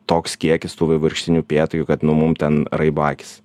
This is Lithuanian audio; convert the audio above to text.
toks kiekis tų vaivorykštinių upėtakių kad nu mum ten raibo akys